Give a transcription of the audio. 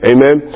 Amen